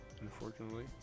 unfortunately